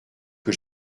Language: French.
que